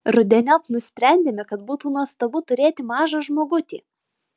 rudeniop nusprendėme kad būtų nuostabu turėti mažą žmogutį